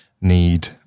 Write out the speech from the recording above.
need